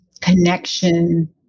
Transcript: connection